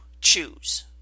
choose